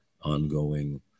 ongoing